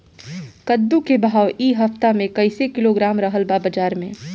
कद्दू के भाव इ हफ्ता मे कइसे किलोग्राम रहल ह बाज़ार मे?